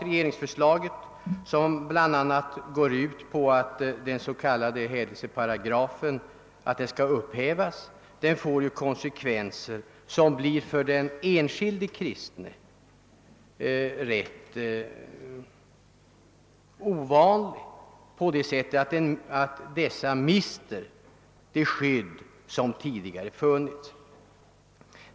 Regeringsförslaget, som bl.a. går ut på att den s.k. hädelseparagrafen skall upphävas, får konsekvenser som för de enskilda kristna blir nedslående därigenom att de mister det lagskydd som tidigare funnits.